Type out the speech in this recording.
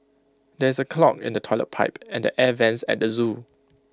there is A clog in the Toilet Pipe and the air Vents at the Zoo